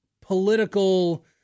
political